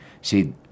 see